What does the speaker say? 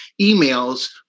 emails